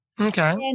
Okay